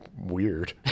Weird